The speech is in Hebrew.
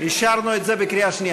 אישרנו את זה בקריאה שנייה.